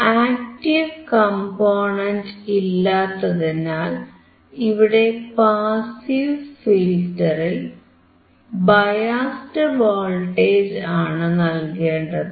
active component ഇല്ലാത്തതിനാൽ ഇവിടെ passive ഫിൽറ്ററിൽ ബയാസ്ഡ് വോൾട്ടേജ് ആണു നൽകേണ്ടത്